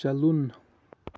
چلُن